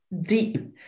deep